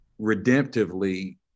redemptively